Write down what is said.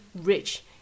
rich